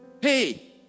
Hey